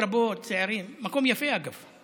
מפרנס משפחות רבות, צעירים, מקום יפה, אגב,